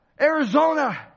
Arizona